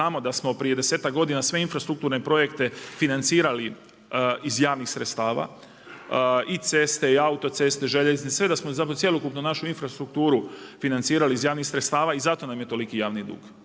znamo da smo prije 10-ak godina sve infrastrukturne projekte financirali iz javnih sredstava i ceste i autoceste, željeznice, sve da smo, cjelokupnu našu infrastrukturu financirali iz javnih sredstava i zato nam je toliki javni dug.